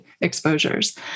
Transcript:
exposures